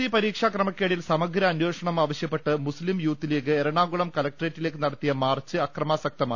C പരീക്ഷാ ക്രമക്കേടിൽ സമഗ്ര അന്വേഷണം ആവ ശ്യപ്പെട്ട് മുസ്ലിം യൂത്ത് ലീഗ് എറണാകുളം കലക്ട്രേറ്റിലേക്ക് നട ത്തിയ മാർച്ച് അക്രമാസക്തമായി